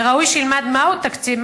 וראוי שילמד מהו תקציב,